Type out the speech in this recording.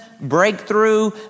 breakthrough